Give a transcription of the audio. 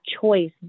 choice